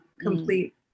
complete